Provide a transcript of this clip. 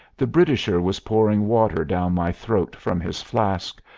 the britisher was pouring water down my throat from his flask,